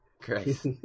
Christ